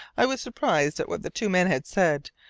i was surprised at what the two men had said,